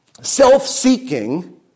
Self-seeking